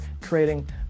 creating